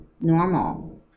normal